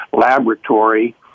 laboratory